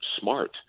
smart